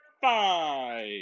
five